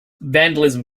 vandalism